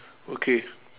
okay